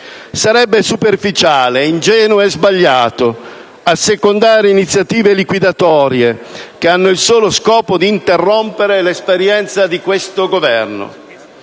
Sarebbe superficiale, ingenuo e sbagliato assecondare iniziative liquidatorie che hanno il solo scopo di interrompere l'esperienza di questo Governo.